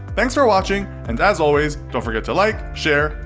thanks for watching, and, as always, don't forget to like, share,